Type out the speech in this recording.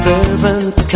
Fervent